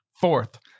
fourth